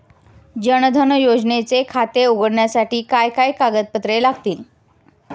जनधन योजनेचे खाते उघडण्यासाठी काय काय कागदपत्रे लागतील?